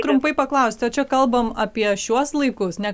trumpai paklaust o čia kalbam apie šiuos laikus ne